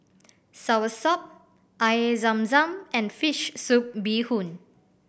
soursop Air Zam Zam and fish soup bee hoon